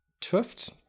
Tuft